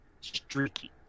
streaky